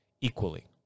equally